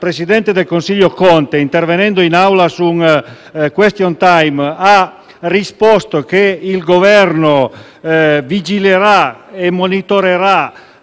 presidente del Consiglio Conte, intervenendo in Aula in sede di *question time*, ha risposto che il Governo vigilerà e monitorerà